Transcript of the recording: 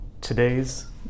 today's